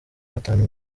gatanu